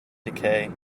decay